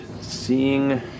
Seeing